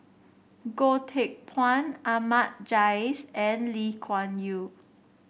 Goh Teck Phuan Ahmad Jais and Lee Kuan Yew